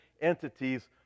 entities